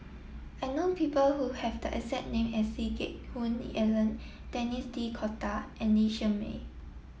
I know people who have the exact name as Lee Geck Hoon Ellen Denis D'Cotta and Lee Shermay